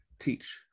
teach